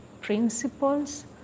principles